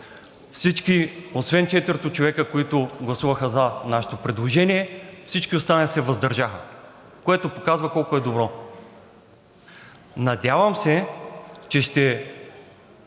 всички освен четири човека, които гласуваха за нашето предложение, всички останали се въздържаха, което показва, колко е добро. Надявам се, че ще